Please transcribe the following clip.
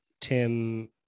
Tim